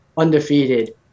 Undefeated